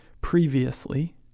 previously